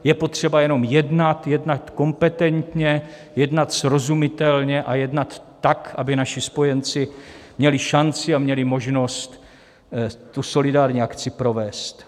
Je potřeba jenom jednat, jednat kompetentně, jednat srozumitelně a jednat tak, aby naši spojenci měli šanci a měli možnost tu solidární akci provést.